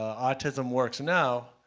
autism works now,